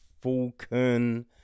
Falcon